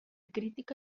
crítica